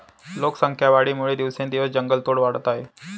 लोकसंख्या वाढीमुळे दिवसेंदिवस जंगलतोड वाढत आहे